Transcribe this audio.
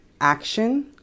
action